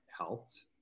helped